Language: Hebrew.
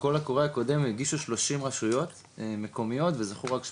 בקול הקורא הקודם הגישו 30 רשויות מקומיות ומתוכן זכו רק שמונה,